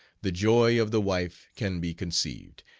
the joy of the wife can be conceived.